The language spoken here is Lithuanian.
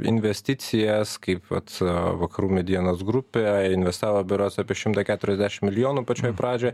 investicijas kaip vat vakarų medienos grupė investavo berods apie šimtą keturiasdešim milijonų pačioj pradžioj